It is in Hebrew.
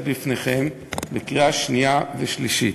בפניכם בקריאה השנייה ובקריאה השלישית.